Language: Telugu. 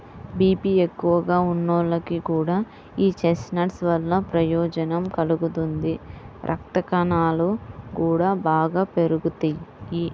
బీపీ ఎక్కువగా ఉన్నోళ్లకి కూడా యీ చెస్ట్నట్స్ వల్ల ప్రయోజనం కలుగుతుంది, రక్తకణాలు గూడా బాగా పెరుగుతియ్యి